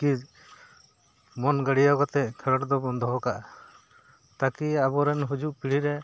ᱠᱤ ᱢᱚᱱ ᱜᱟᱲᱤᱭᱟᱹ ᱠᱟᱛᱮᱜ ᱠᱷᱮᱞᱳᱰ ᱫᱚᱵᱚᱱ ᱫᱚᱦᱚ ᱠᱟᱜᱼᱟ ᱛᱟᱠᱤ ᱟᱵᱚᱨᱮᱱ ᱦᱤᱡᱩᱜ ᱯᱤᱲᱦᱤ ᱨᱮ